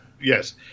Yes